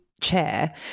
chair